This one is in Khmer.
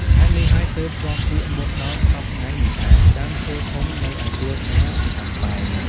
ហេតុនេះហើយទើបជាប់ពាក្យមកដល់សព្វថ្ងៃនេះថា ដើមឈើធំនៅឯទួលខ្លាខាំប៉ែន។